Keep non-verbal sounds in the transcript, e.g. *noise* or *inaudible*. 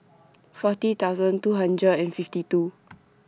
*noise* forty two hundred and fifty two *noise*